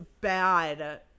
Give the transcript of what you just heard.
bad